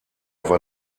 war